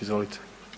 Izvolite.